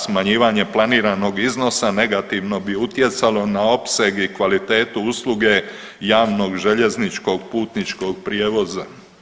Smanjivanje planiranog iznosa negativno bi utjecalo na opseg i kvalitetu usluge javnog željezničkog putničkog prijevoza.